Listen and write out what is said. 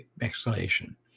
exhalation